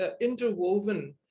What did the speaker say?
interwoven